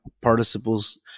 participles